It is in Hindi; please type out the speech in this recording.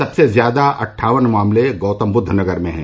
सबसे ज्यादा अट्ठावन मामले गौतमबुद्व नगर में हैं